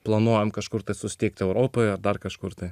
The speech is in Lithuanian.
planuojam kažkur kad susitikt europoj ar dar kažkur tai